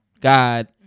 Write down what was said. God